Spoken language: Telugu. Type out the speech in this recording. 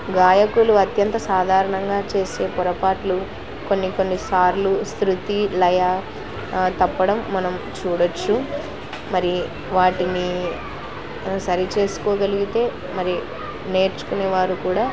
గాయకులు అత్యంత సాధారణంగా చేసే పొరపాట్లు కొన్ని కొన్ని సార్లు శృతి లయ తప్పడం మనం చూడవచ్చు మరి వాటిని సరిచేసుకోగలిగితే మరి నేర్చుకునే వారు కూడా